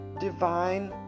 divine